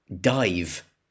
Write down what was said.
dive